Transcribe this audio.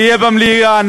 נהיה במליאה,